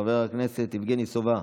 חבר הכנסת יבגני סובה,